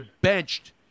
benched